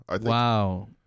Wow